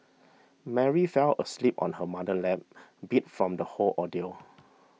Mary fell asleep on her mother's lap beat from the whole ordeal